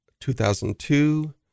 2002